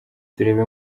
tureba